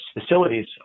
facilities